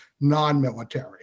non-military